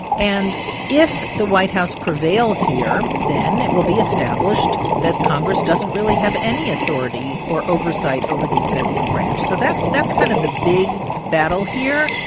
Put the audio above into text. and if the white house prevails here, then it will be established that congress doesn't really have any authority or oversight over the executive branch so that's that's kind of the big battle here.